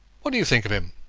what do you think of him?